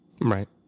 Right